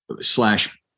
slash